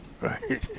Right